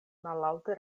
mallaŭte